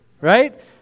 right